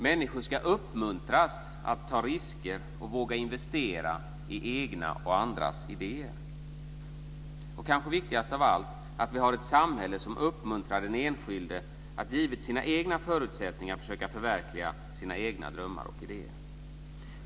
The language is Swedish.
· Människor ska uppmuntras att ta risker och våga investera i egna och andras idéer. · Kanske viktigast av allt är att vi har ett samhälle som uppmuntrar den enskilde att givet sina egna förutsättningar försöka förverkliga sina egna drömmar och idéer.